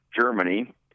Germany